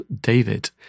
David